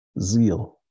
Zeal